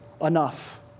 enough